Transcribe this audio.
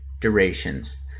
durations